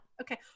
Okay